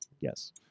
Yes